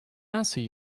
answer